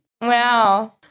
Wow